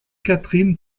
katherine